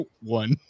one